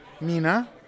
Mina